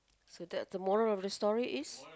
so that the moral of the story is